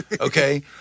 Okay